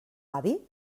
avi